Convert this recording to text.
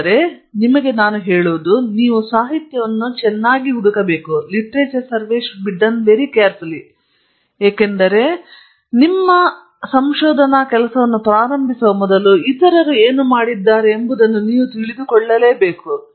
ಇದು ನಿಮಗೆ ಹೇಳುವದು ನಿಮ್ಮ ಸಾಹಿತ್ಯವನ್ನು ಚೆನ್ನಾಗಿ ಹುಡುಕಬೇಕು ಏಕೆಂದರೆ ನಿಮ್ಮ ಕೆಲಸವನ್ನು ಪ್ರಾರಂಭಿಸುವ ಮೊದಲು ಇತರರು ಏನು ಮಾಡಿದ್ದಾರೆ ಎಂಬುದನ್ನು ನೀವು ತಿಳಿದುಕೊಳ್ಳಬೇಕು